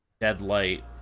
Deadlight